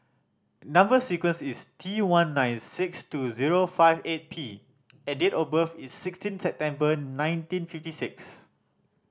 number sequence is T one nine six two zero five eight P and date of birth is sixteen September nineteen fifty six